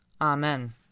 Amen